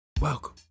Welcome